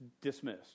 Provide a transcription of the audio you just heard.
dismissed